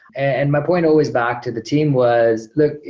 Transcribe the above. and my point always back to the team was, look,